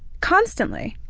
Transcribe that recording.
constantly.